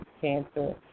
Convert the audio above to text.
cancer